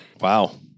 Wow